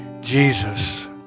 Jesus